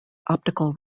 optical